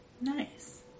Nice